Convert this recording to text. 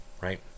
right